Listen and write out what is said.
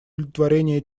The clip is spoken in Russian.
удовлетворения